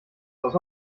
aus